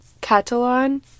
Catalan